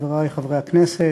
חברי חברי הכנסת,